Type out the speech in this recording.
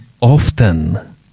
often